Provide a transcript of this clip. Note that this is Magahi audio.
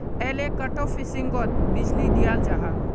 एलेक्ट्रोफिशिंगोत बीजली दियाल जाहा